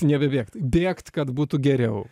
nebebėgt bėgt kad būtų geriau